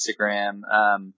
Instagram